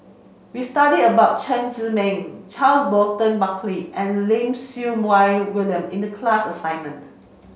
we studied about Chen Zhiming Charles Burton Buckley and Lim Siew Wai William in the class assignment